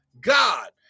God